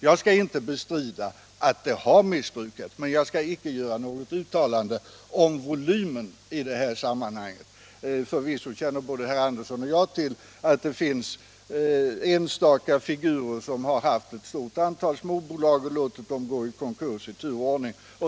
Jag skall inte bestrida att systemet har missbrukats, men jag vill inte göra något uttalande om volymen. Förvisso känner både herr Andersson och jag till att det finns enstaka figurer som haft ett stort antal småbolag och låtit dem gå i konkurs i tur och ordning.